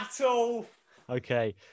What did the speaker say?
Okay